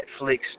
Netflix